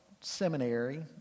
Seminary